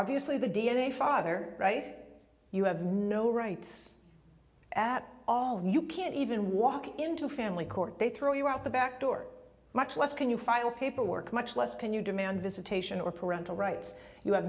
obviously the d n a father right you have no rights at all you can't even walk into family court they throw you out the back door much less can you file paperwork much less can you demand visitation or parental rights you have